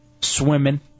swimming